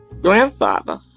grandfather